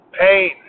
pain